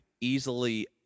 easily